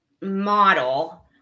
model